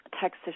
Texas